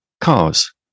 cars